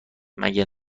مگه